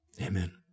Amen